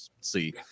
See